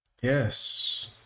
Yes